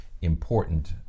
important